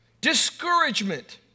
discouragement